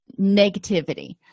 negativity